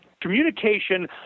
communication